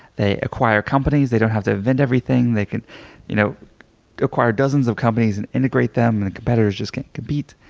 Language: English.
they acquisition companies, they don't have to vend everything, they can you know acquire dozens of companies and integrate them and competitors just can't compete.